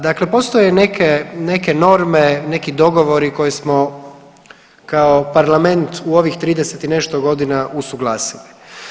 Dakle, postoje neke, neke norme, neki dogovori koje smo kao parlament u ovih 30 i nešto godina usuglasili.